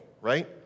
right